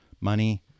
money